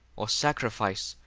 or sacrifice,